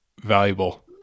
valuable